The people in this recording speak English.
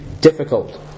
difficult